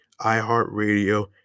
iHeartRadio